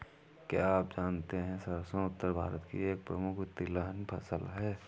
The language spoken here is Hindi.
क्या आप जानते है सरसों उत्तर भारत की एक प्रमुख तिलहन फसल है?